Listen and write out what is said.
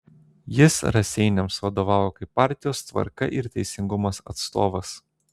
jis raseiniams vadovavo kaip partijos tvarka ir teisingumas atstovas